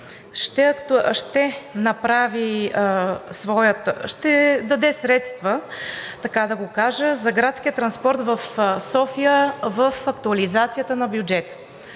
ще даде средства за градския транспорт в София в актуализацията на бюджета.